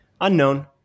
Unknown